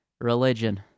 Religion